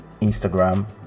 Instagram